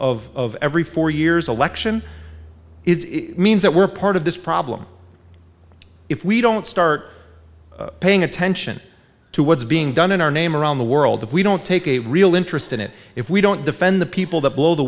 every four years election is it means that we're part of this problem if we don't start paying attention to what's being done in our name around the world if we don't take a real interest in it if we don't defend the people that blow the